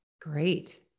Great